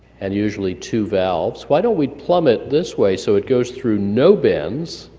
and usually two valves. why don't we plumb it this way so it goes through no bends,